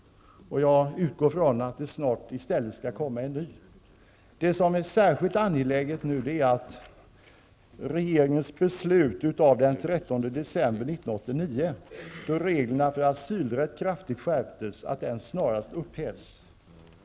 Jag utgår ifrån att det snart skall komma en ny i stället. Det som nu är särskilt angeläget är att regeringens beslut av den 13 december 1989, då reglerna för asylrätt kraftigt skärptes, snarast upphävs.